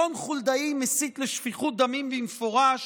רון חולדאי מסית לשפיכות דמים במפורש